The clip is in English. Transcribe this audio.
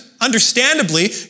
Understandably